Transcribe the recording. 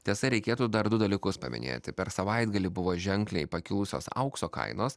tiesa reikėtų dar du dalykus paminėti per savaitgalį buvo ženkliai pakilusios aukso kainos